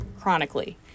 chronically